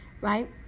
right